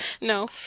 No